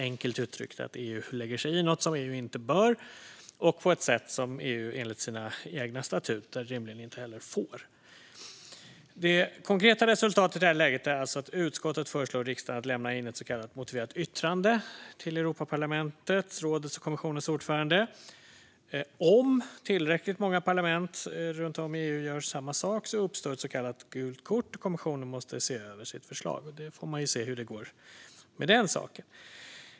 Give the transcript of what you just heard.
Enkelt uttryckt betyder det att EU lägger sig i något som EU inte bör lägga sig i och på ett sätt som EU enligt sina egna statuter inte heller får. Det konkreta resultatet i det här läget är alltså att utskottet föreslår riksdagen att lämna ett så kallat motiverat yttrande till Europaparlamentets, rådets och kommissionens ordförande. Om tillräckligt många parlament runt om i EU gör samma sak uppstår ett så kallat gult kort och kommissionen måste se över sitt förslag. Man får väl se hur det går med den saken.